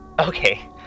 Okay